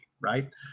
Right